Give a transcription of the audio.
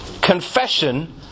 Confession